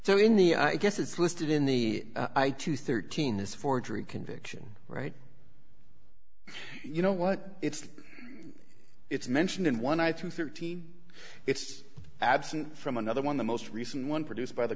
so in the i guess it's listed in the eye to thirteen this forgery conviction right you know what it's like it's mentioned in one eye to thirteen it's absent from another one the most recent one produced by the